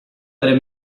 tre